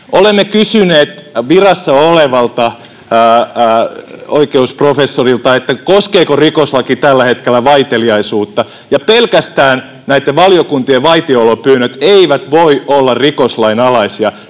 Olemme kysyneet virassa olevalta oikeusprofessorilta, koskeeko rikoslaki tällä hetkellä vaiteliaisuutta, ja pelkästään näitten valiokuntien vaitiolopyynnöt eivät voi olla rikoslain alaisia.